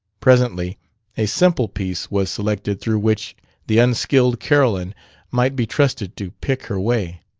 presently a simple piece was selected through which the unskilled carolyn might be trusted to pick her way.